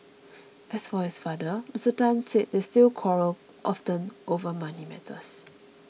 as for his father Mr Tan said they still quarrel often over money matters